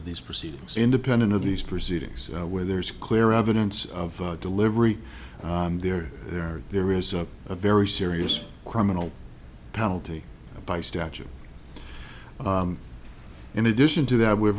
of these proceedings independent of these proceedings where there's clear evidence of delivery there there there is a very serious criminal penalty by statute in addition to that we